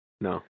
No